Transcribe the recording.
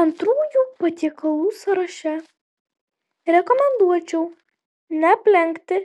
antrųjų patiekalų sąraše rekomenduočiau neaplenkti